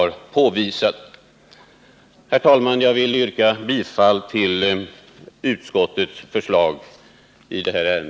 79 Herr talman! Jag yrkar bifall till utskottets hemställan.